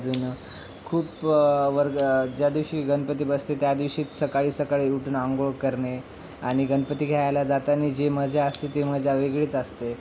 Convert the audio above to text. अजून खूप वर्ग ज्या दिवशी गणपती बसते त्या दिवशीच सकाळी सकाळी उठून आंघोळ करणे आणि गणपती घ्यायला जाताना जी मजा असते ती मजा वेगळीच असते